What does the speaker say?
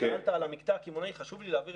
שאלת על המקטע הקמעונאי וחשוב לי להבהיר